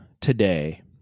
today